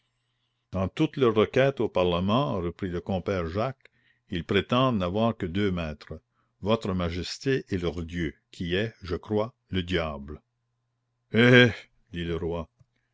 dans toutes leurs requêtes au parlement reprit le compère jacques ils prétendent n'avoir que deux maîtres votre majesté et leur dieu qui est je crois le diable hé hé dit le roi